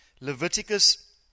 Leviticus